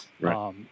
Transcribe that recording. Right